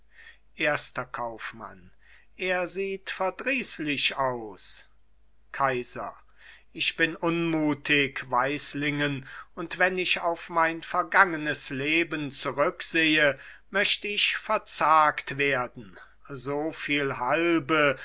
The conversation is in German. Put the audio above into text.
erster kaufmann er sieht verdrießlich aus kaiser ich bin unmutig weislingen und wenn ich auf mein vergangenes leben zurücksehe möcht ich verzagt werden so viel halbe